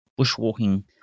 bushwalking